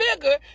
bigger